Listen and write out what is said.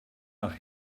nach